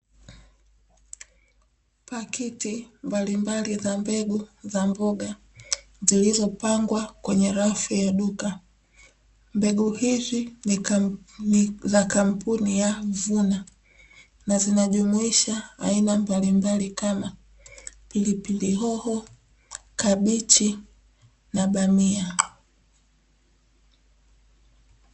Pakiti mbalimbali za mbegu za mboga zilizopangwa kwenye rafu ya duka, mbegu hizi ni za kampuni ya VUNA. Zinajumuisha aina mbalimbali kama; pilipili hoho, kabichi na bamia.